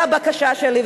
והבקשה שלי,